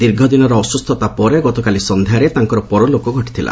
ଦୀର୍ଘଦିନର ଅସୁସ୍ଥତା ପରେ ଗତକାଲି ସନ୍ଧ୍ୟାରେ ତାଙ୍କର ପରଲୋକ ଘଟିଥିଲା